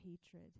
hatred